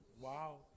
wow